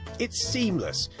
it's seamless,